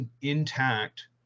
intact